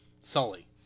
Sully